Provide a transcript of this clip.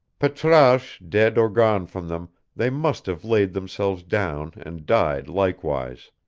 patrasche dead or gone from them, they must have laid themselves down and died likewise.